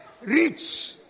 rich